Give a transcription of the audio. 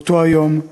באותו היום,